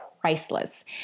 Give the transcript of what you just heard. priceless